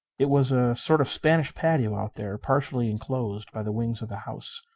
it was a sort of spanish patio out there, partially enclosed by the wings of the house.